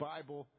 Bible